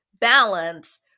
balance